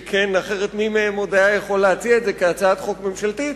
אחרת מי מהם עוד היה יכול להציע את זה כהצעת חוק ממשלתית